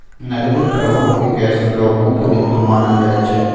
नकदी प्रवाहकेँ कैश फ्लोक मुख्य बिन्दु मानल जाइत छै